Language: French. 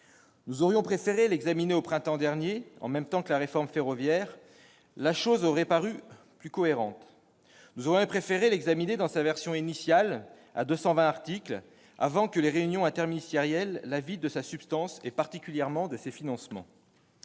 Nous aurions préféré l'examiner au printemps dernier, en même temps que la réforme ferroviaire : ce choix aurait été plus cohérent. Nous aurions préféré l'examiner dans sa version initiale, à 220 articles, avant que les réunions interministérielles ne le vident de sa substance et particulièrement de ses financements